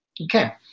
Okay